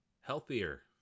healthier